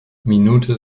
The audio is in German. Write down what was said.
minute